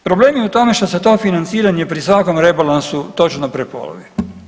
Problem je u tome što se to financiranje pri svakom rebalansu točno prepolovi.